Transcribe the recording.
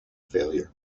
failure